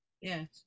Yes